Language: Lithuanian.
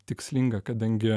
tikslinga kadangi